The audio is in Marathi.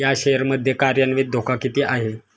या शेअर मध्ये कार्यान्वित धोका किती आहे?